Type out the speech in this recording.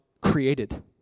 created